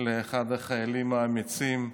לאחד החיילים האמיצים,